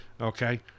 okay